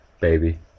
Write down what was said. Baby